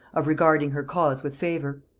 of regarding her cause with favor.